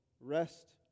rest